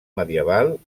medieval